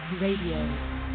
Radio